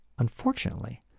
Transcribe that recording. Unfortunately